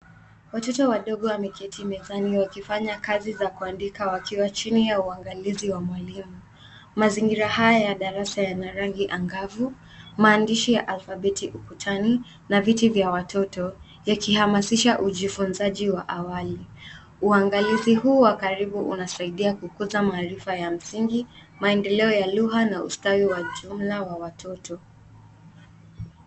Watoto wadogo wameketi mezani wakifanya kazi za kuandika wakiwa chini ya uangalizi wa mwalimu. Mazingira haya ya darasa yana rangi angavu, maandishi ya alfabeti ukutani na viti vya watoto yakihamasisha ujifunzaji wa awali. Uangalizi huu wa karibu unasaidia kukuza maarifa ya msingi, maendeleo ya lugha na ustawi wa jumla wa watoto.